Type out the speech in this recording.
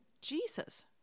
Jesus